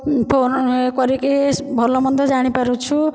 phone କରିକି ଭଲ ମନ୍ଦ ଜାଣିପାରୁଛୁ